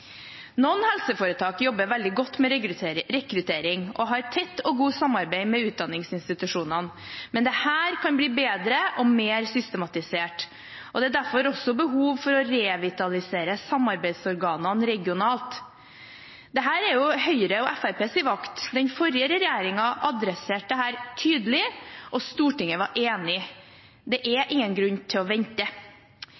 Noen helseforetak jobber veldig godt med rekruttering og har tett og godt samarbeid med utdanningsinstitusjonene, men dette kan bli bedre og mer systematisert. Det er derfor også behov for å revitalisere samarbeidsorganene regionalt. Dette er Høyre og Fremskrittspartiets vakt. Den forrige regjeringen tok tydelig tak i dette, og Stortinget var enig. Det er